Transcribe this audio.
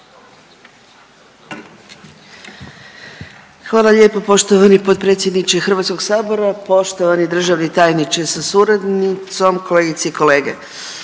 Hvala lijepo poštovani potpredsjedniče Hrvatskog sabora. Poštovani državni tajniče sa suradnicom, kolegice i kolege,